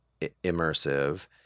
immersive